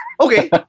Okay